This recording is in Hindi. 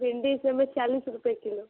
भिंडी इस समय चालीस रूपये किलो